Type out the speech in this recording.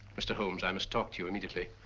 mr. holmes, i must talk to you immediately.